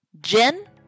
Jen